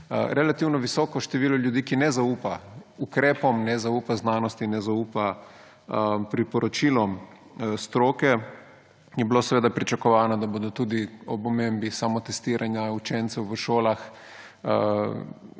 relativno visoko število ljudi, ki ne zaupa ukrepom, ne zaupa znanosti in ne zaupa priporočilom stroke, je bilo seveda pričakovano, da bodo tudi ob omembi samotestiranja učencev v šolah